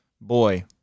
Boy